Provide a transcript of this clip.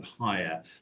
higher